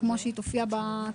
נתיבות.